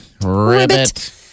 Ribbit